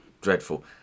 dreadful